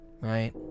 right